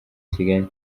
kigali